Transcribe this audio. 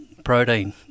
protein